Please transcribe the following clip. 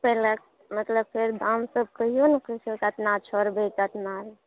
कते लेब मतलब दाम सभ कहियौ ने केतना छोड़बै केतना